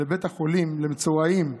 לבית החולים למצורעים.